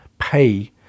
pay